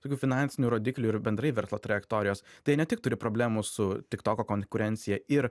tokių finansinių rodiklių ir bendrai verslo trajektorijos tai ne tik turi problemų su tik toko konkurencija ir